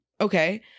Okay